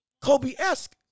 Kobe-esque